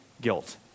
guilt